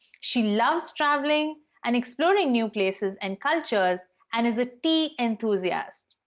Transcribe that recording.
she loves traveling and exploring new places and cultures and is a tea enthusiast.